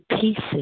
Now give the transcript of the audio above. pieces